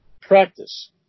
Practice